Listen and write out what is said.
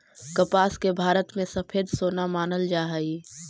कपास के भारत में सफेद सोना मानल जा हलई